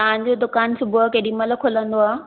तव्हां जो दुकानु सुबुह केॾीमहिल खुलंदो आहे